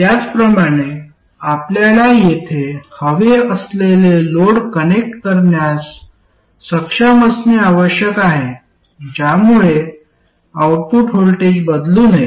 त्याचप्रकारे आपल्याला येथे हवे असलेले लोड कनेक्ट करण्यास सक्षम असणे आवश्यक आहे ज्यामुळे आउटपुट व्होल्टेज बदलू नये